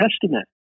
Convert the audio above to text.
Testament